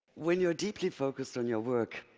when you're deeply focused on your work,